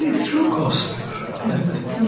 ah through gossip, i think.